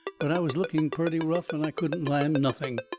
but i was looking purty rough and i couldn't land nothing.